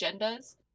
agendas